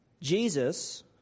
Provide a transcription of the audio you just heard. Jesus